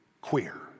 Queer